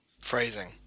Phrasing